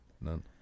None